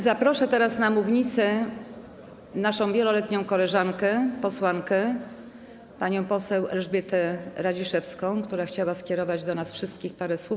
Zaproszę teraz na mównicę naszą wieloletnią koleżankę, posłankę, panią poseł Elżbietę Radziszewską, która chciała skierować do nas wszystkich parę słów.